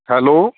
hello